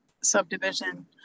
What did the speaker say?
subdivision